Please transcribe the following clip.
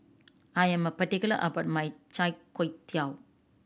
I am a particular about my chai tow kway